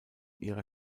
ihrer